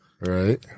Right